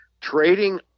trading